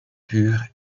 pure